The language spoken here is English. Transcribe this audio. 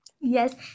Yes